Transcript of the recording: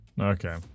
Okay